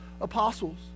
apostles